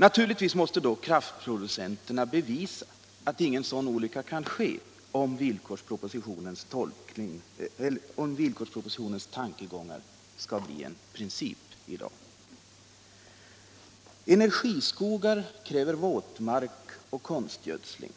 Naturligtvis måste då kraftproducenterna bevisa att ingen sådan olycka kan ske, om villkorspropositionens tankegångar skall bli en princip. Energiskogar kräver våtmark och konstgödsling.